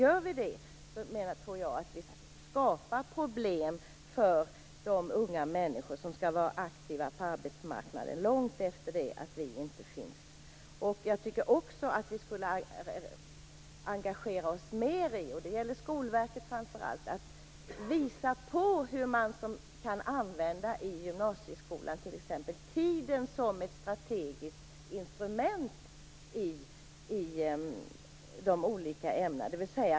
Om vi gör det tror jag att vi skapar problem för de unga människor som skall vara aktiva på arbetsmarknaden långt efter det att vi inte längre finns. Jag tycker också att vi borde engagera oss mera - det gäller framför allt Skolverket - och visa på hur man i t.ex. gymnasieskolan kan använda tiden som ett strategiskt instrument i olika ämnen.